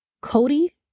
Cody